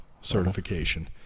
certification